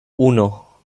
uno